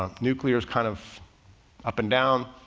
ah nuclear is kind of up and down,